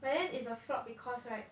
but then it's a flop because right